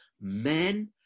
men